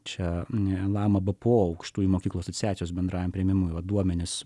čia nelabai po aukštųjų mokyklų asociacijos bendrajam priėmimui duomenis